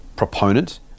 proponent